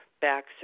back